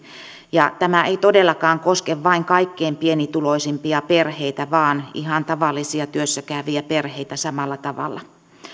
tämä ei todellakaan koske vain kaikkein pienituloisimpia perheitä vaan ihan tavallisia työssä käyviä perheitä samalla tavalla